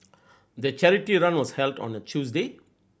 the charity run was held on a Tuesday